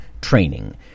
training